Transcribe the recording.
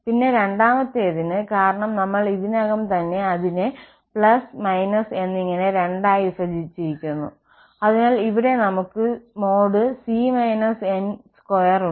പിന്നെ രണ്ടാമത്തേതിന് കാരണം നമ്മൾ ഇതിനകം തന്നെ അതിനെ എന്നിങ്ങനെ രണ്ടായി വിഭജിച്ചിരിക്കുന്നു അതിനാൽ ഇവിടെ നമുക്ക് |c n|2 ഉണ്ട്